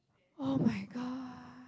[oh]-my-god